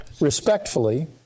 Respectfully